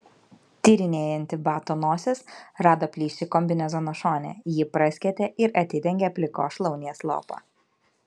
tyrinėjanti bato nosis rado plyšį kombinezono šone jį praskėtė ir atidengė plikos šlaunies lopą